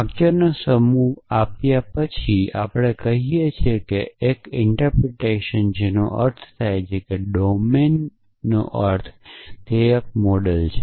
વાક્યોનો સમૂહ આપ્યા પછી આપણે કહીએ છીએ કે એક અર્થઘટન જેનો અર્થ થાય છે ડોમેનનો અર્થ એ થાય છે કે તે એક મોડેલ છે